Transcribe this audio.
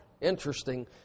Interesting